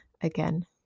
again